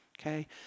okay